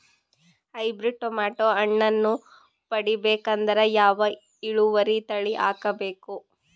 Hybrid tomato ಹಣ್ಣನ್ನ ಪಡಿಬೇಕಂದರ ಯಾವ ಇಳುವರಿ ತಳಿ ಹಾಕಬೇಕು?